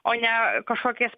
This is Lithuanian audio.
o ne kažkokiais